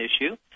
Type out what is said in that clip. issue